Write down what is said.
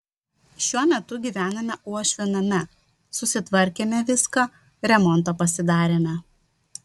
šiuo metu gyvename uošvio name susitvarkėme viską remontą pasidarėme